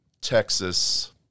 Texas